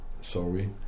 Sorry